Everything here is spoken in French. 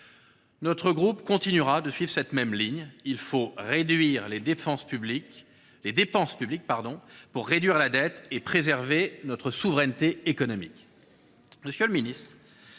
Notre groupe continuera de suivre cette même ligne : il faut réduire les dépenses publiques pour réduire la dette et préserver notre souveraineté économique. Monsieur le ministre,